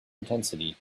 intensity